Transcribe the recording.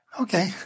Okay